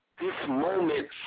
this-moment